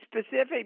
specific